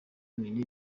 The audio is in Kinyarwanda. nelly